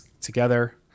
together